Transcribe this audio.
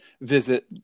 visit